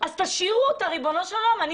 אז ריבונו של עולם, תשאירו אותה.